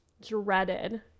dreaded